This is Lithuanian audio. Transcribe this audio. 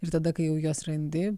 ir tada kai jau juos randi